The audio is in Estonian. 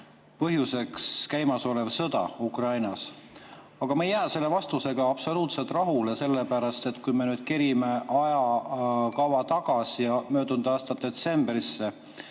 põhjuseks käimasolev sõda Ukrainas. Aga ma ei jää selle vastusega absoluutselt rahule, sellepärast et kui me nüüd kerime [aega] tagasi möödunud aasta detsembrisse,